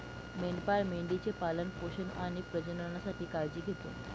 मेंढपाळ मेंढी चे पालन पोषण आणि प्रजननासाठी काळजी घेतो